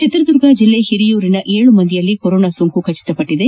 ಚಿತ್ರದುರ್ಗ ಜಿಲ್ಲೆಯ ಹಿರಿಯೂರಿನ ಏಳು ಮಂದಿಯಲ್ಲಿ ಕೊರೊನಾ ಸೋಂಕು ದೃಢಪಟ್ಟಿದೆ